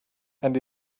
and